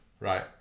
Right